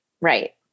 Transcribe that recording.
right